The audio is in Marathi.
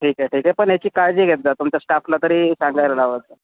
ठीक आहे ठीक आहे पण याची काळजी घेत जा तुमच्या स्टाफला तरी सांगायला लावत जा